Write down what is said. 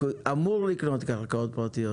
אמורים לקנות קרקעות פרטיות.